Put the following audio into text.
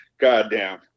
goddamn